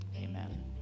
Amen